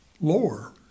lore